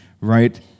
right